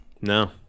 No